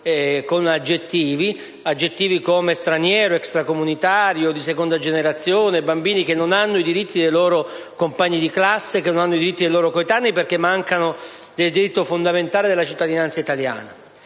con aggettivi - come "straniero, "extracomunitario, "di seconda generazione"; bambini che non hanno i diritti dei loro compagni di classe e dei loro coetanei, perché mancano del diritto fondamentale della cittadinanza italiana.